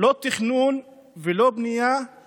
גם אני וגם חברי ואליד אלהואשלה נקבל או שיחת טלפון